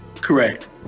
Correct